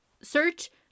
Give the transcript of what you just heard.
search